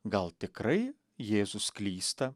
gal tikrai jėzus klysta